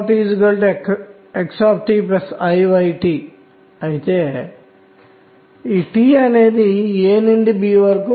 కాబట్టి నా దగ్గర k కనిష్టం 1 కి సమానం అయితే ఇప్పుడు మనం లెక్కిద్దాం ఎందుకు